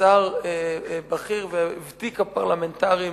ושר בכיר, ותיק הפרלמנטרים,